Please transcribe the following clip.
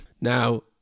Now